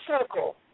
circle